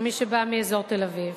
מי שבא מאזור תל-אביב.